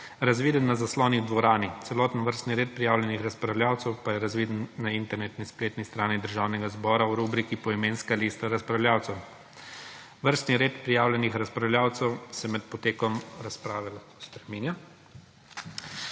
razviden na zaslonih v dvorani. Celotni vrsti red prijavljenih razpravljavcev pa je razviden na internetni spletni strani Državnega zbora v rubriki Poimenska lista razpravljavcev. Vrsti red prijavljenih razpravljavcev se med potekom razprave lahko spreminja.